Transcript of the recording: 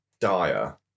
dire